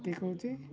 ଦେଖଉଛି